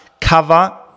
cover